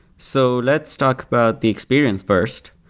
so let's talk about the experience first.